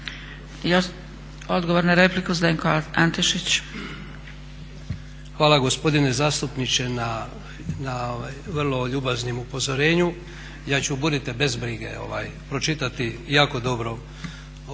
**Antešić, Zdenko (SDP)** Hvala gospodine zastupniče na vrlo ljubaznom upozorenju. Ja ću budite bez brige pročitati jako dobro